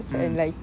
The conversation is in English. mm